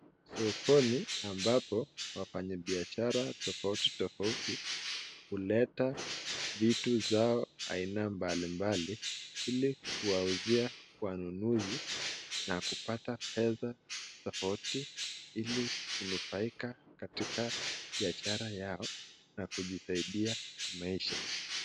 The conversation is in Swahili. Sokoni ambapo wafanyi biashara tofauti tofauti huleta vitu zao aina mbalimbali ili kuwauzia wanunuzi na kupata pesa tofauti ili kunufaika katika biashara yao na kujisaidia kimaisha.